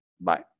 Bye